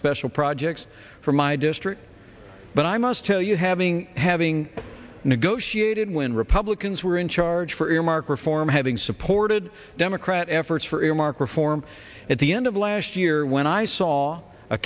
special projects for my district but i must tell you having having negotiated when republicans were in charge for earmark reform having supported democrat efforts for earmark reform at the end of last year when i saw a